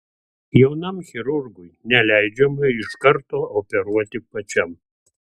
jaunam chirurgui neleidžiama iš karto operuoti pačiam